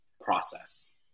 process